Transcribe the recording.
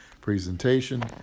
presentation